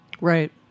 Right